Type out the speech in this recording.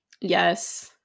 yes